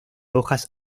hojas